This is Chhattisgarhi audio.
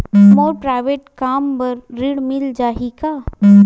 मोर प्राइवेट कम बर ऋण मिल जाही का?